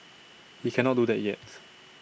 he cannot do that yet